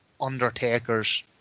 Undertaker's